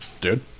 dude